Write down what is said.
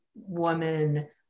woman